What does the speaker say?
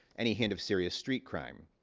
any hint of serious street crime.